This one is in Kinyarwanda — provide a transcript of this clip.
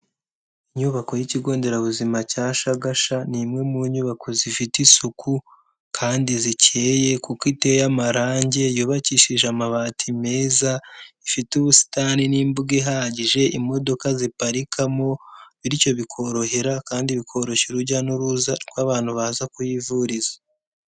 Inyubako y'ikigo nderabuzima cya Shagasha, ni imwe mu nyubako zifite isuku kandi zikeye kuko iteye amarange, yubakishije amabati meza, ifite ubusitani n'imbuga ihagije imodoka ziparikamo, bityo bikorohera kandi bikoroshya urujya n'uruza rw'abantu baza kuhivuriza.